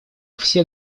все